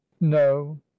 no